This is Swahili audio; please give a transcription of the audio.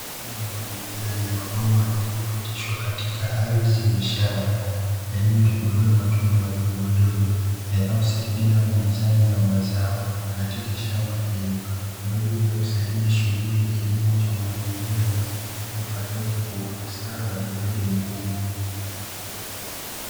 Mfumo wa umwagiliaji, mabomba yaliyopitishwa katika ardhi ya shamba yaliyotobolewa matundu madogo madogo yanayosaidia unyunyiziaji wa maji katika shamba hilo, kwa ajili ya kusaidia shughuli ya kilimo cha umwagiliaji kufanyika kwa ufasaha na weredi mkubwa.